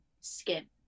skin